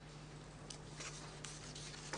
תמה הישיבה.